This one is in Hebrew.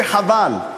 וחבל.